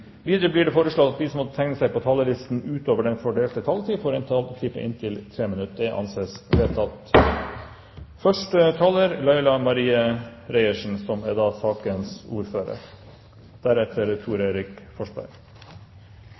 Videre blir det foreslått at de som måtte tegne seg på talerlisten utover den fordelte taletid, får en taletid på inntil 3 minutter. – Det anses vedtatt. Fattigdom blant barn er alvorlig og uakseptabelt. Forslagsstillerne, komiteen og Regjeringen er